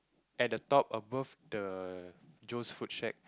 at the top above the Jones food shack